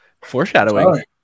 Foreshadowing